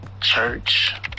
church